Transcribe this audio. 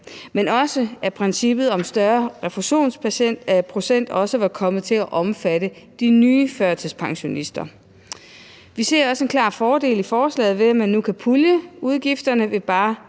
og at princippet om en større refusionsprocent også var kommet til at omfatte de nye førtidspensionister. Vi ser også en klar fordel i forslaget, ved at man nu kan pulje udgifterne i sager